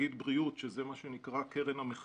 יש להם תאגיד בריאות שזה מה שנקרא קרן המחקרים,